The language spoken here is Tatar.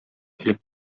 элеп